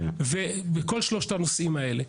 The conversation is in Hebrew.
בכל שלושת הנושאים האלה.